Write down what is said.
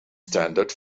standard